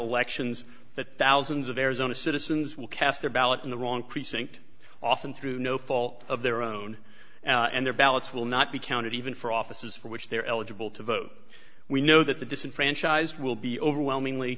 elections the thousands of arizona citizens will cast their ballot in the wrong precinct often through no fault of their own and their ballots will not be counted even for offices for which they're eligible to vote we know that the disenfranchised will be overwhelmingly